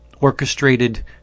orchestrated